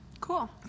Cool